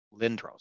Lindros